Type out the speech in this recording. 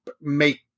make